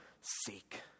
seek